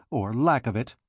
or lack of it.